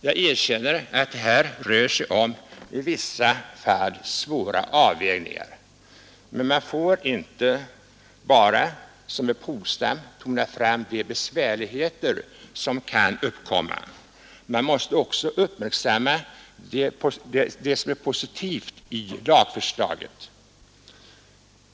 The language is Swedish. Jag erkänner att det här rör sig om i vissa fall svåra avvägningar. Men man får inte bara, som herr Polstam, tona fram de be ärligheter som kan uppkomma. Man måste också uppmärksamma det som är positivt i lagförslaget.